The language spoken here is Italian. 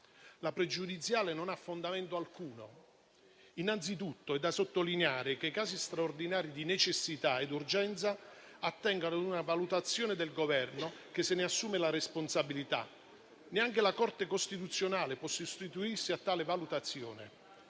la pregiudiziale non ha fondamento alcuno. Innanzitutto è da sottolineare che i casi di straordinaria necessità ed urgenza attengono ad una valutazione del Governo, che se ne assume la responsabilità: neanche la Corte costituzionale può sostituirsi a tale valutazione.